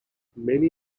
many